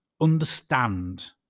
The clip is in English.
Understand